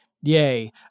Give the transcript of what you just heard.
yay